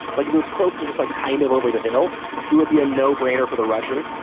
like it was closer just like kind of over the hill it would be a no brainer for the russian.